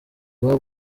waba